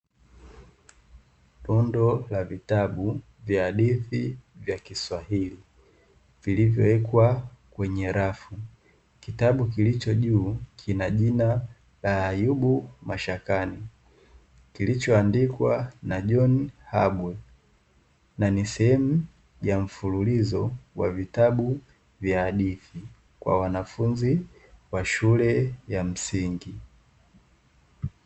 Rundo la vitabu vya hadithi vya Kiswahili, vilivyowekwa kwenye rafu. Kitabu kilicho juu kina jina la "Ayubu Mashakani", kilichoandikwa na John Habwe na ni sehemu ya mfululizo wa vitabu vya hadithi kwa wanafunzi wa shule ya msingi.